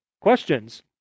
questions